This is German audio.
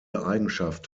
eigenschaft